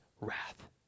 wrath